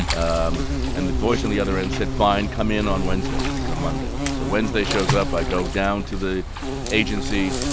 and the voice on the other end said, fine come in on wednesday. this is a monday. so wednesday shows up. i go down to the agency.